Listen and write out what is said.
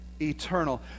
Eternal